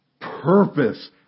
purpose